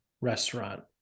restaurant